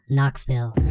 Knoxville